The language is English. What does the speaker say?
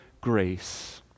Grace